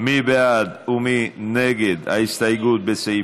מי בעד ומי נגד ההסתייגות לסעיף